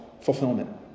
fulfillment